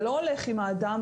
זה לא הולך עם האדם,